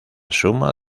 suma